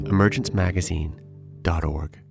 EmergenceMagazine.org